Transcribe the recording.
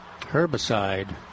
herbicide